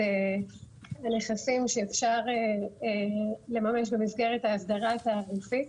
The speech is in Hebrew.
הנכסים שאפשר לממש במסגרת ההסדרה התעריפית.